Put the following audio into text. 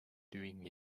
doing